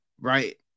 right